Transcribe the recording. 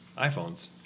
iPhones